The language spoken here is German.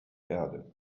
erde